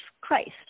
Christ